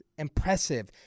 impressive